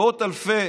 מאות אלפי